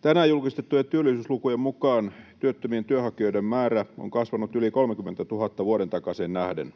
tänään julkistettujen työllisyyslukujen mukaan työttömien työnhakijoiden määrä on kasvanut yli 30 000:lla vuoden takaiseen nähden.